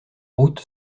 route